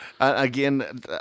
Again